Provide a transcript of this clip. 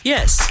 Yes